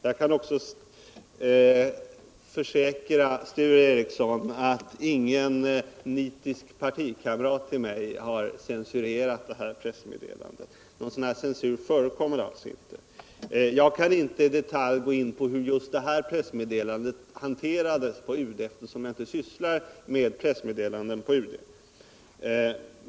Jag kan försäkra Sture Ericson att ingen nitisk partikamrat till mig har censurerat pressmeddelandet. Någon censur förekommer alltså inte. Jag kan inte i detalj gå in på hur just det här pressmeddelandet hanterades på UD, eftersom jag där inte sysslar med pressmeddelanden.